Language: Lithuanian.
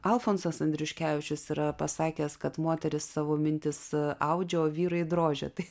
alfonsas andriuškevičius yra pasakęs kad moterys savo mintis audžiau vyrai drožia tai